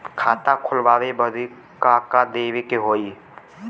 खाता खोलावे बदी का का देवे के होइ?